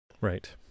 Right